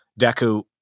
Deku